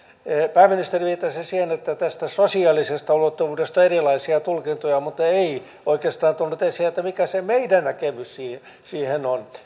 pääministeri viittasi siihen että tästä sosiaalisesta ulottuvuudesta on erilaisia tulkintoja mutta ei oikeastaan tullut esiin mikä se meidän näkemyksemme siihen siihen on